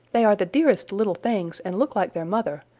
they are the dearest little things and look like their mother,